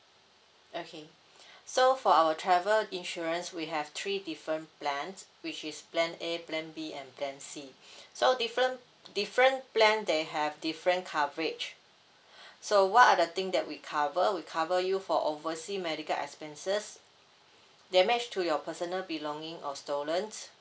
okay so for our travel insurance we have three different plans which is plan a plan B and plan C so different different plan they have different coverage so what are the thing that we cover we cover you for oversea medical expenses damage to your personal belonging or stolen